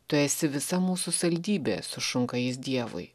tu esi visa mūsų saldybė sušunka jis dievui